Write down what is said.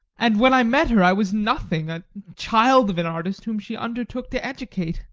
and when i met her i was nothing a child of an artist whom she undertook to educate.